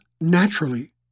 naturally